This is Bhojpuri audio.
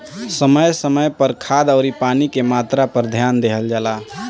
समय समय पर खाद अउरी पानी के मात्रा पर ध्यान देहल जला